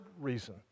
reason